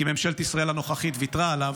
כי ממשלת ישראל הנוכחית ויתרה עליו,